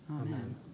Amen